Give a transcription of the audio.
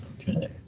Okay